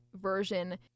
version